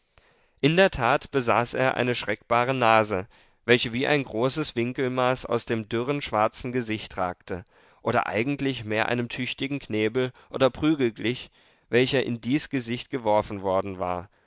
in der tat besaß er eine schreckbare nase welche wie ein großes winkelmaß aus dem dürren schwarzen gesicht ragte oder eigentlich mehr einem tüchtigen knebel oder prügel glich welcher in dies gesicht geworfen worden war